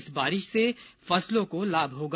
इस बारिश से फसलों को लाभ होगा